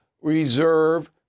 reserve